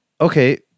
Okay